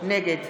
נגד